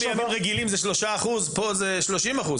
אם ביום רגילים זה 3% פה זה 30%,